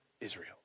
Israel